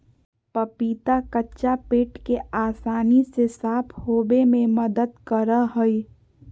पपीता कच्चा पेट के आसानी से साफ होबे में मदद करा हइ